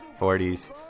40s